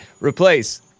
replace